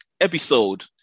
episode